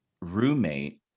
roommate